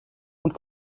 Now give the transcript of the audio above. und